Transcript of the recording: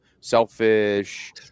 selfish